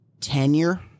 tenure